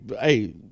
hey